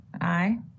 Aye